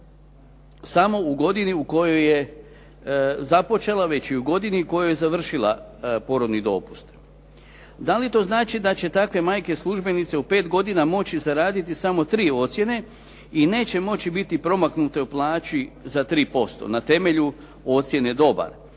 samo u godini u kojoj je započela već i u godini u kojoj je završila porodni dopust. Da li to znači da će takve majke službenice u pet godina moći zaraditi samo tri ocjene i neće moći biti promaknute u plaći za 3% na temelju ocjene dobar